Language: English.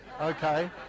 okay